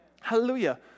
Hallelujah